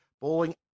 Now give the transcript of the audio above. bowling